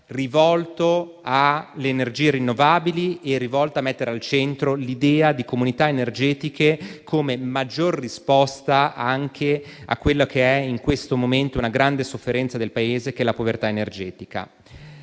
rivolto alle energie rinnovabili e all'idea di comunità energetiche come maggior risposta a quella che in questo momento è una grande sofferenza del Paese, cioè la povertà energetica.